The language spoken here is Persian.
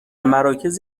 مراکز